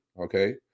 okay